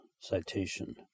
Citation